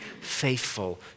faithful